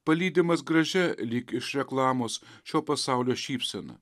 palydimas gražia lyg iš reklamos šio pasaulio šypsena